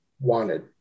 wanted